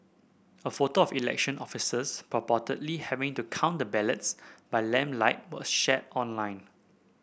a photo of election officials purportedly having to count the ballots by lamplight was shared online